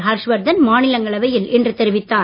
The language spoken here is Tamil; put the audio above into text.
ஹர்ஷ்வர்தன் மாநிலங்களவையில் இன்று தெரிவித்தார்